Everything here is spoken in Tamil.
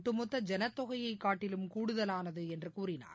ஒட்டுமொத்த ஜனத்தொகையை காட்டிலும் கூடுதலானது என்று கூறினார்